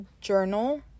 journal